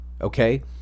Okay